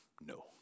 no